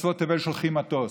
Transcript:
בקצוות תבל שולחים מטוס,